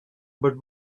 but